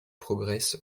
progresse